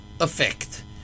effect